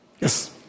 Yes